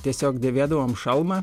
tiesiog dėvėdavom šalmą